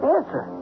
Answer